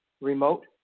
remote